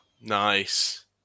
Nice